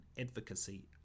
advocacy